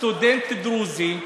סטודנט דרוזי,